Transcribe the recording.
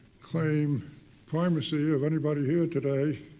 claim primacy of anybody here today,